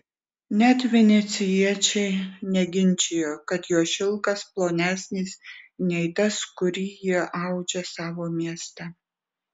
net venecijiečiai neginčijo kad jo šilkas plonesnis nei tas kurį jie audžia savo mieste